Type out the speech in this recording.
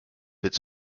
its